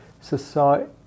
society